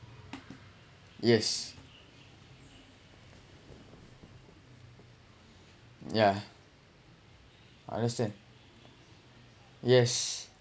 yes yeah understand yes